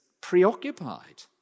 preoccupied